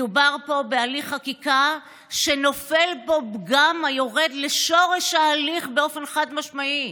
מדובר פה בהליך חקיקה שנופל בו פגם היורד לשורש ההליך באופן חד-משמעי,